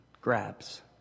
grabs